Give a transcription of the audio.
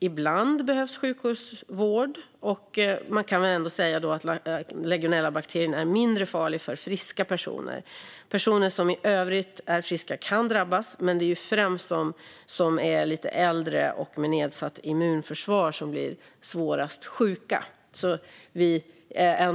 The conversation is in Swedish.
Ibland behövs sjukhusvård. Legionellabakterien är mindre farlig för friska personer. Personer som i övrigt är friska kan drabbas, men det är främst de som är lite äldre och de med nedsatt immunförsvar som blir svårast sjuka.